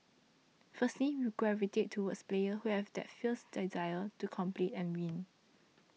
firstly we gravitate towards players who have that fierce desire to compete and win